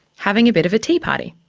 having a bit of a tea party.